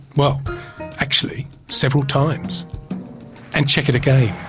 well actually several times and check it again.